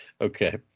Okay